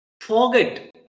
forget